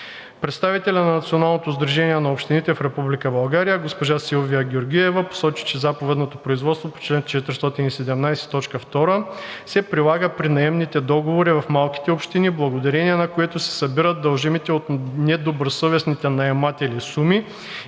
Представителят на Националното сдружение на общините в Република България госпожа Силвия Георгиева посочи, че заповедното производство по чл. 417, т. 2 се прилага при наемните договори в малките общини, благодарение на което се събират дължимите от недобросъвестните наематели суми